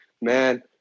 man